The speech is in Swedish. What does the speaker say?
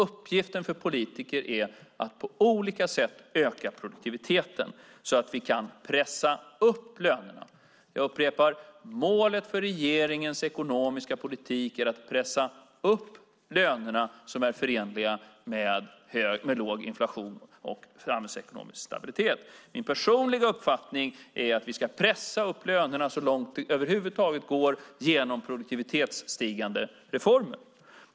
Uppgiften för politiker är att på olika sätt öka produktiviteten så att vi kan pressa upp lönerna. Jag upprepar: Målet för regeringens ekonomiska politik är att pressa upp lönerna på ett sätt som är förenligt med låg inflation och samhällsekonomisk stabilitet. Min personliga uppfattning är att vi ska pressa upp lönerna så långt det över huvud taget går genom produktivitetsstigande reformer.